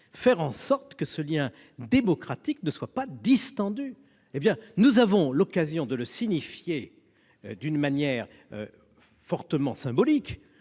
faire en sorte que ce lien démocratique reste serré. Nous avons l'occasion de le signifier d'une manière fortement symbolique,